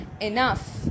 Enough